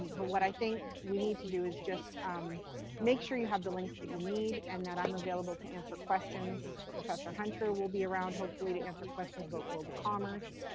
but what i think we need to do is just um make sure you have the links that you need and that i'm available to answer questions. professor hunter will be around hopefully to answer questions about global commerce.